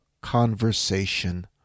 conversation